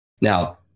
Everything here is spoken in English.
Now